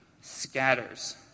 scatters